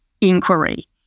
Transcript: inquiry